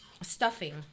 stuffing